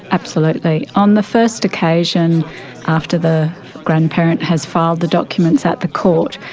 absolutely. on the first occasion after the grandparent has filed the documents at the court,